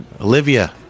Olivia